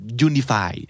unify